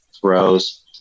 throws